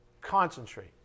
concentrate